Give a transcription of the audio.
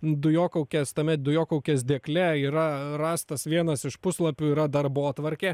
dujokaukės tame dujokaukės dėkle yra rastas vienas iš puslapių yra darbotvarkė